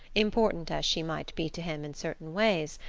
important as she might be to him in certain ways,